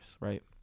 right